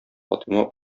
фатыйма